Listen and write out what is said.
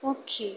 ପକ୍ଷୀ